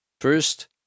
First